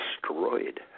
destroyed